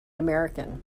american